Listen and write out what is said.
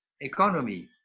economy